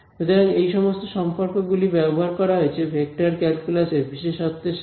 সুতরাং এই সমস্ত সম্পর্কগুলি ব্যবহার করা হয়েছে ভেক্টর ক্যালকুলাস এর বিশেষত্বের সাথে